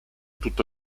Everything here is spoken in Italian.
tutto